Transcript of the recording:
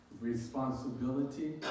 responsibility